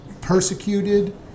persecuted